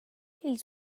ils